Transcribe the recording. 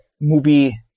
movie